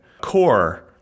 core